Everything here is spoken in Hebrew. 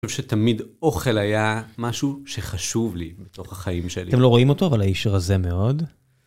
אני חושב שתמיד אוכל היה משהו שחשוב לי בתוך החיים שלי. אתם לא רואים אותו, אבל האיש רזה מאוד.